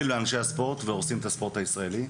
לאנשי הספורט והורסים את הספורט הישראלי,